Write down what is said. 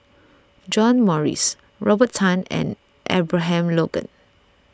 John Morrice Robert Tan and Abraham Logan